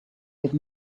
give